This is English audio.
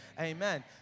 amen